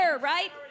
right